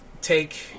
take